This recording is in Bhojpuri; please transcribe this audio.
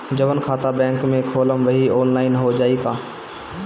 जवन खाता बैंक में खोलम वही आनलाइन हो जाई का?